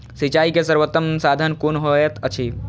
सिंचाई के सर्वोत्तम साधन कुन होएत अछि?